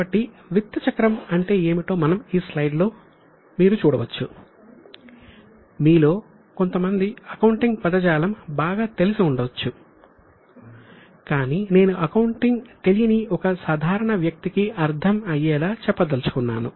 కాబట్టి విత్త చక్రం అంటే ఏమిటో మనం ఈ స్లైడ్ లో చూడవచ్చు మీలో కొంతమందికి అకౌంటింగ్ పదజాలం బాగా తెలిసి ఉండవచ్చు కానీ నేను అకౌంటింగ్ తెలియని ఒక సాధారణ వ్యక్తికి అర్థం అయ్యేలా చెప్పదలుచుకున్నాను